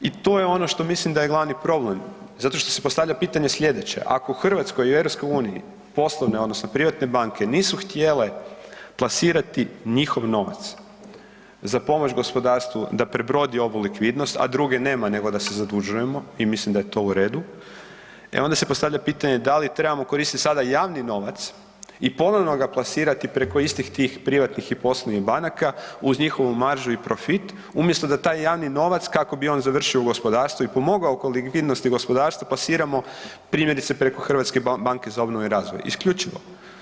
I to je ono što mislim da je glavni problem zato što se postavlja pitanje sljedeće, ako u Hrvatskoj i EU poslovne odnosno privatne banke nisu htjele plasirati njihov novac za pomoć gospodarstvu da prebrodi ovu likvidnost, a druge nema nego da se zadužujemo i mislim da je to u redu, e onda se postavlja pitanje da li trebamo koristiti sada javni novac i ponovno ga plasirat preko istih tih privatnih i poslovnih banaka uz njihovu maržu i profit umjesto da taj javni novac kako bi on završio u gospodarstvu i pomogao oko likvidnosti gospodarstva plasiramo primjerice preko HBOR-a isključivo.